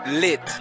lit